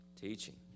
Teaching